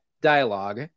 dialogue